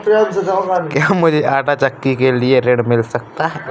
क्या मूझे आंटा चक्की के लिए ऋण मिल सकता है?